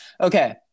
Okay